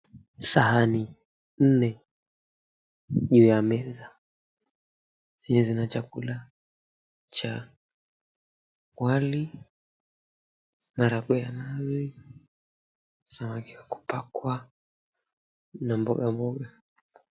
Sahani nne juu ya meza yenye zina chakula cha wali, maharagwe ya nazi samaki wa kupakwa na mboga mboga.